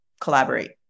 collaborate